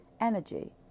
energy